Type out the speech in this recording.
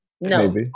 No